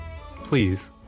Please